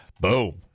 boom